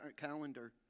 calendar